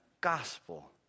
gospel